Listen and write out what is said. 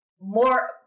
more